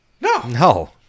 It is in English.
No